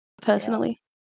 personally